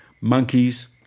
monkeys